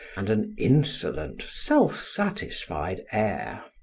and an insolent, self-satisfied air.